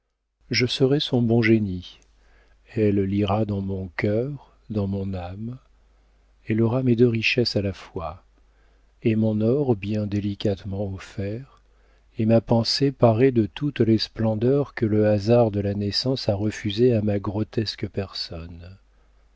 je serai son bon génie elle lira dans mon cœur dans mon âme elle aura mes deux richesses à la fois et mon or bien délicatement offert et ma pensée parée de toutes les splendeurs que le hasard de la naissance a refusées à ma grotesque personne